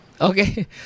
Okay